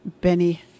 Benny